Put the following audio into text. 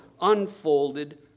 unfolded